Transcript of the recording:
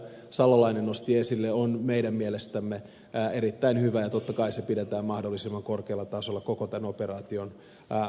salolainen nosti esille on meidän mielestämme erittäin hyvä ja totta kai se pidetään mahdollisimman korkealla tasolla koko tämän operaation ajan